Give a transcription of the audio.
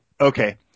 Okay